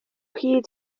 hyd